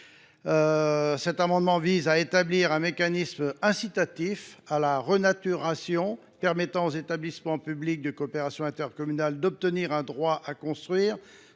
Cet amendement vise donc à établir un mécanisme incitatif à la renaturation, permettant aux établissements publics de coopération intercommunale (EPCI) d’obtenir un droit à construire